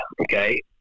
Okay